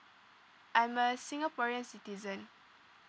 I'm a singaporean citizen